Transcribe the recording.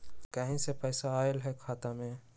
कहीं से पैसा आएल हैं खाता में?